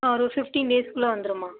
ஆ ஒரு ஃபிஃப்ட்டின் டேஸ்க்குள்ளே வந்துரும்மா